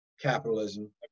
capitalism